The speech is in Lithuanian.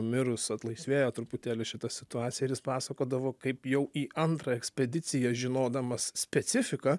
mirus atlaisvėjo truputėlį šita situacija ir jis pasakodavo kaip jau į antrą ekspediciją žinodamas specifiką